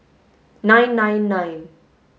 nine nine nine